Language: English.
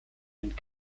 and